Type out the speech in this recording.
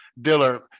Diller